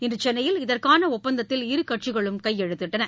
இன்று சென்னையில் இதற்கான ஒப்பந்தத்தில் இரு கட்சிகளும் கையெழுத்திட்டன